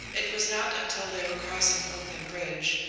it was not until they were crossing brooklyn bridge,